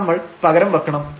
ശേഷം നമ്മൾ പകരം വെക്കണം